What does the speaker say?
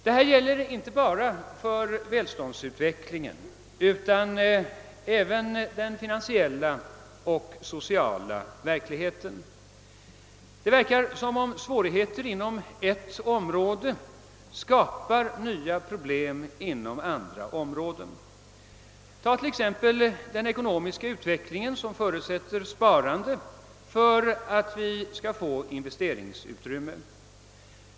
Detta gäller inte bara välståndsutvecklingen utan även den finansiella och sociala verkligheten. Det verkar som om svårigheter inom ett område skapar nya problem inom andra områden. Om man t.ex. ser på den ekonomiska utvecklingen förutsätter den sparande för att skapa investeringsutrymme.